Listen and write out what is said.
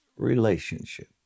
relationship